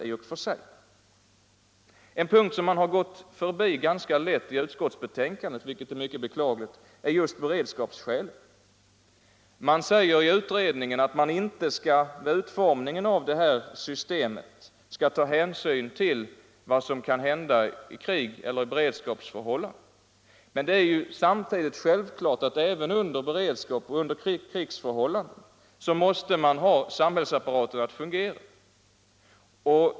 En punkt som utskottet i sitt betänkande har gått förbi ganska lätt är beredskapsskälet, vilket är mycket beklagligt. I utredningen sägs att man vid utformningen av det här systemet inte skall ta hänsyn till vad som kan hända i krig eller under beredskapsförhållanden. Det är självklart att samhällsapparaten även under krigsoch beredskapsförhållanden skall fungera.